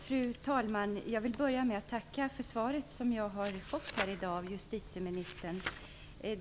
Fru talman! Jag vill börja med att tacka för det svar som jag fått här av justitieministern.